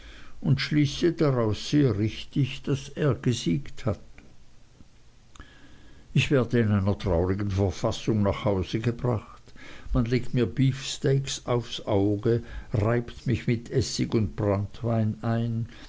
und schließe daraus sehr richtig daß er gesiegt hat ich werde in einer traurigen verfassung nach hause gebracht man legt mir beefsteaks aufs auge reibt mich mit essig und branntwein ein